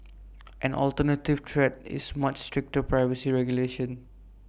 an alternative threat is much stricter privacy regulation